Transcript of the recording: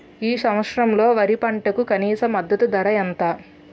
ఈ సంవత్సరంలో వరి పంటకు కనీస మద్దతు ధర ఎంత?